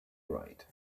right